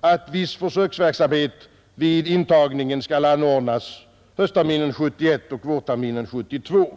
att viss försöksverksamhet vid intagningen skall anordnas höstterminen 1971 och vårterminen 1972.